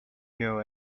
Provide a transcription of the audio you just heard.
know